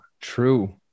true